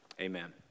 amen